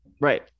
right